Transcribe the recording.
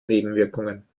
nebenwirkungen